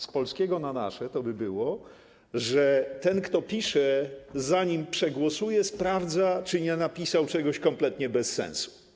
Z polskiego na nasze to by było, że ten, kto pisze, zanim przegłosuje, sprawdza, czy nie napisał czegoś kompletnie bez sensu.